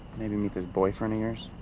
maybe meet this boyfriend of yours.